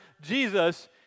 Jesus